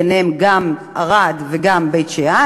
ביניהם גם ערד וגם בית-שאן